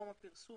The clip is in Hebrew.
הפרסום